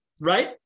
right